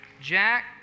Jack